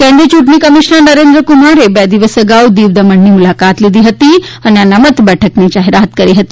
કેન્દ્રીય યૂંટણી કમિશ્નર નરેન્દ્ર કુમારે બે દિવસ અગાઉ દીવ દમણની મુલાકાત લીધી હતી અનને અનામત બેઠકની જાહેરાત કરી હતી